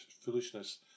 foolishness